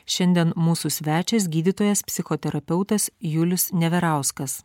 šiandien mūsų svečias gydytojas psichoterapeutas julius neverauskas